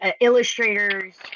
illustrators